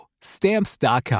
Stamps.com